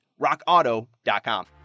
RockAuto.com